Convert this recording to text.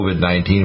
COVID-19